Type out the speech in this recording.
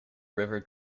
river